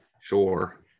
Sure